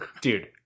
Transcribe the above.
Dude